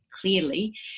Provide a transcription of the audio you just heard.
clearly